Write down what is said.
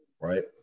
Right